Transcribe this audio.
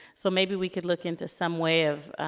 so maybe we could look into some way of,